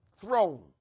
throne